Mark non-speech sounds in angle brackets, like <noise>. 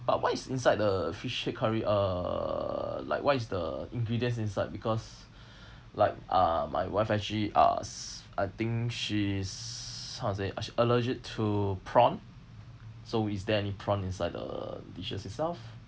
but what is inside the fish head curry uh like what is the ingredients inside because <breath> like uh my wife actually uh s~ I think she's how to say a~ allergic to prawn so is there any prawn inside the dishes itself